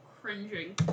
cringing